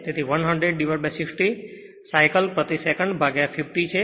તેથી 10060 સાયકલ પ્રતિ સેકંડ ભાગ્યા 50 છે